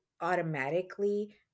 automatically